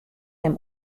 him